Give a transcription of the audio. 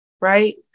right